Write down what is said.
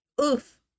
Oof